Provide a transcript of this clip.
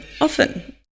often